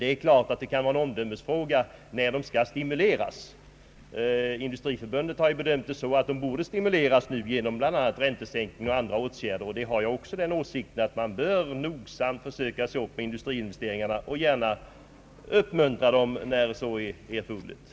Det är klart att det kan vara en omdömesfråga när de skall stimuleras. Industriförbundet har ju ansett, att de bör stimuleras nu genom bl.a. räntesänkning och andra åtgärder. Jag har också den åsikten att man bör se upp när det gäller industriinvesteringarna och gärna uppmuntra till sådana när så är erforderligt.